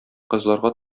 кызларга